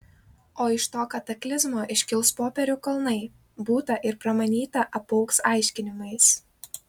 o iš to kataklizmo iškils popierių kalnai būta ir pramanyta apaugs aiškinimais